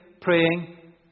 praying